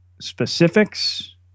Specifics